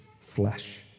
flesh